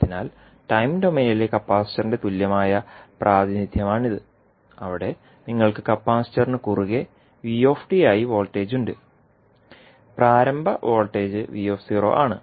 അതിനാൽ ടൈം ഡൊമെയ്നിലെ കപ്പാസിറ്ററിന്റെ തുല്യമായ പ്രാതിനിധ്യമാണിത് അവിടെ നിങ്ങൾക്ക് കപ്പാസിറ്ററിന് കുറുകെ v ആയി വോൾട്ടേജ് ഉണ്ട് പ്രാരംഭ വോൾട്ടേജ് v ആണ്